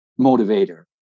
motivator